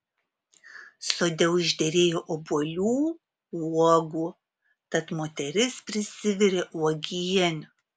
sode užderėjo obuolių uogų tad moteris prisivirė uogienių